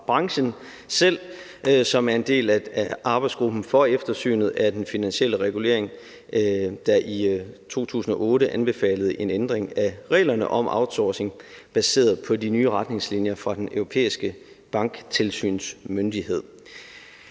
branchen selv, som er en del af arbejdsgruppen for eftersynet af den finansielle regulering, der i 2008 anbefalede en ændring af reglerne om outsourcing baseret på de nye retningslinjer fra Den Europæiske Banktilsynsmyndigheds